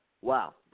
Wow